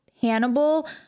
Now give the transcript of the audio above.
hannibal